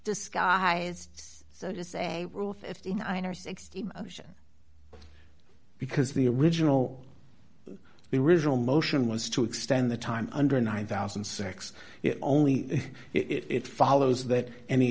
disguised so to say rule fifty nine or sixty motion because the original the riginal motion was to extend the time under nine thousand sex only it follows that any